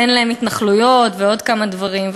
ואין להם התנחלויות ועוד כמה דברים.